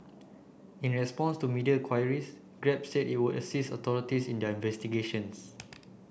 in response to media queries Grab said it would assist authorities in their investigations